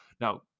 Now